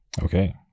Okay